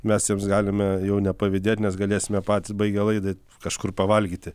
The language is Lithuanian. mes jums galime jau nepavydėt nes galėsime patys baigę laidą kažkur pavalgyti